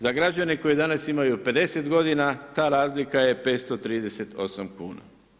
Za građane koji danas imaju 50 godina, ta razlika je 538 kuna.